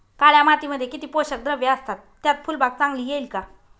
काळ्या मातीमध्ये किती पोषक द्रव्ये असतात, त्यात फुलबाग चांगली येईल का?